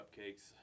cupcakes